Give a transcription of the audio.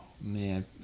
Man